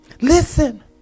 Listen